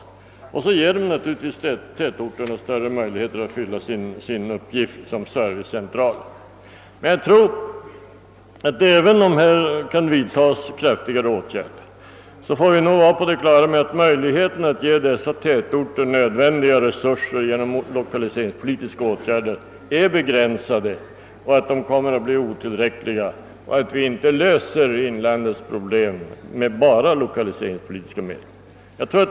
Naturligtvis ger den också tätorterna större möjlighet att fylla sin uppgift som servicecentral. Jag tror dock att även om här kan vidtas kraftigare åtgärder, bör vi ha klart för oss att möjligheterna att ge dessa tätorter nödvändiga resurser genom lokaliseringspolitiska åtgärder är begränsade och att de kommer att visa sig otillräckliga i detta sammanhang. Vi löser inte inlandets problem enbart med lokaliseringspolitiska medel.